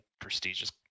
prestigious